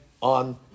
on